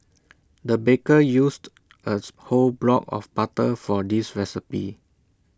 the baker used A whole block of butter for this recipe